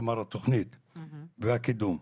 כלומר התוכנית והקידום,